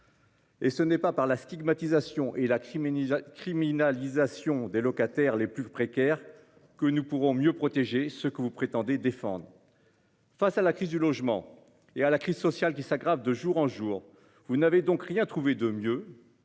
Et ce n'est pas par la stigmatisation et la Crimée criminalisation des locataires les plus précaires que nous pourrons mieux protéger ce que vous prétendez défendre. Face à la crise du logement et à la crise sociale qui s'aggrave de jour en jour. Vous n'avez donc rien trouvé de mieux.